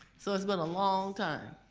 so it's been a long time.